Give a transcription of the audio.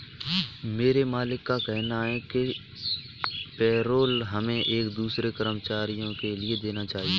मेरे मालिक का कहना है कि पेरोल हमें एक दूसरे कर्मचारियों के लिए देना चाहिए